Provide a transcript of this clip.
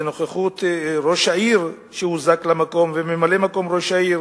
בנוכחות ראש העיר שהוזעק למקום וממלא-מקום ראש העיר